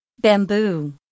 Bamboo